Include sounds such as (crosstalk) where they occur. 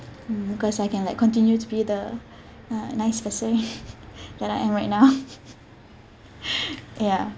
because I can like continue to be the uh nice person that I am right now (laughs) ya